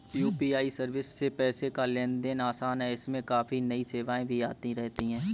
UPI service से पैसे का लेन देन आसान है इसमें काफी नई सेवाएं भी आती रहती हैं